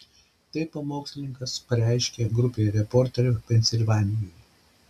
tai pamokslininkas pareiškė grupei reporterių pensilvanijoje